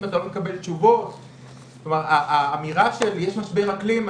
אבל לפעמים יש גורמים משפיעים כמו שאנחנו מכירים בנושא של נהריה,